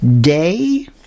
day